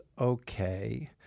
okay